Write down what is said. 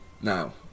now